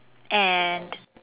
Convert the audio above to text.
and